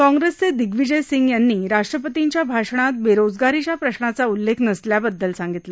कॉप्रेसचे दिग्विजय सिंग यांनी राष्ट्रपतींच्या भाषणात बेरोजगारीच्या प्रशाचा उल्लेख नसल्याबद्दल सांगितलं